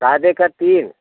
सादे का तीन